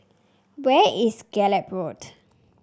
where is Gallop Road